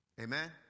Amen